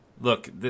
look